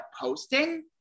posting